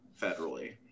federally